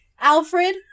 Alfred